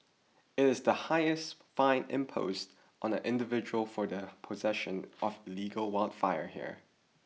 it is the highest fine imposed on an individual for the possession of illegal wildfire here